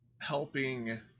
helping